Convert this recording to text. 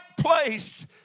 place